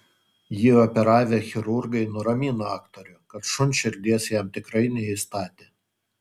jį operavę chirurgai nuramino aktorių kad šuns širdies jam tikrai neįstatė